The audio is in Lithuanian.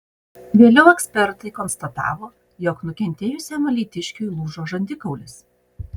vėliau ekspertai konstatavo jog nukentėjusiam alytiškiui lūžo žandikaulis